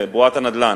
לבועת הנדל"ן,